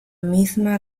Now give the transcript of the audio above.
misma